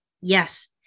Yes